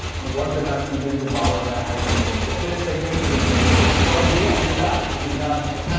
on what the duck season two powered by hike messenger. this segment is interesting. it's called ye anda bindaas hai.